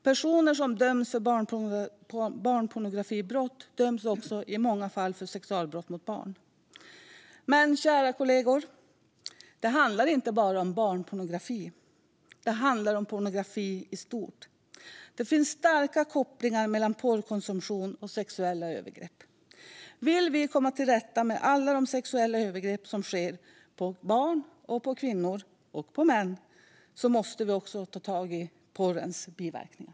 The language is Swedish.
Personer som döms för barnpornografibrott döms i många fall också för sexualbrott mot barn. Det handlar dock inte bara om barnpornografi, kära kollegor, utan det handlar om pornografi i stort. Det finns starka kopplingar mellan porrkonsumtion och sexuella övergrepp. Vill vi komma till rätta med alla de sexuella övergrepp som sker mot barn, kvinnor och män måste vi också ta tag i porrens biverkningar.